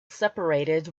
separated